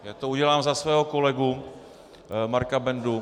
Já to udělám za svého kolegu Marka Bendu.